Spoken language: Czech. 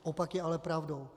Opak je ale pravdou.